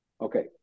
Okay